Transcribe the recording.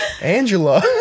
angela